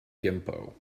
gimpo